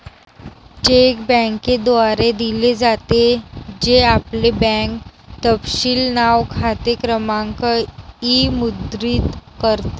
check बँकेद्वारे दिले जाते, जे आपले बँक तपशील नाव, खाते क्रमांक इ मुद्रित करते